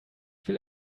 will